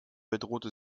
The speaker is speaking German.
bedrohte